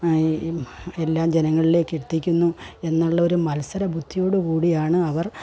എല്ലാം ജനങ്ങളിലേക്കെത്തിക്കുന്നു എന്നുള്ളൊരു മത്സരബുദ്ധിയോടുകൂടിയാണ് അവർ